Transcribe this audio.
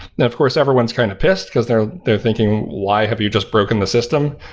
and of course, everyone's kind of pissed because they are they are thinking, why have you just broken the system?